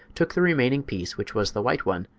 took the remaining piece, which was the white one,